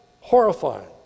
horrifying